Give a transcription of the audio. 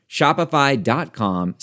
Shopify.com